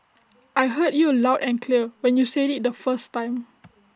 I heard you loud and clear when you said IT the first time